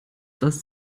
dass